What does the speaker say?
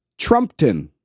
Trumpton